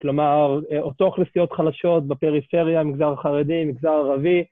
כלומר, אותו אוכלוסיות חלשות בפריפריה, מגזר חרדי, מגזר ערבי.